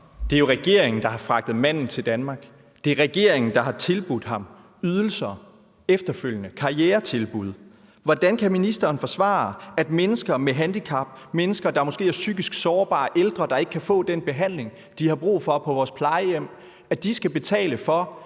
Det er jo regeringen, der har fragtet manden til Danmark. Det er regeringen, der har tilbudt ham ydelser og karrieretilbud efterfølgende. Hvordan kan ministeren forsvare, at mennesker med handicap, mennesker, der måske er psykisk sårbare, og ældre, der ikke kan få den behandling, de har brug for på vores plejehjem, skal betale for,